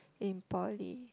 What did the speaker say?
in Poly